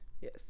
Yes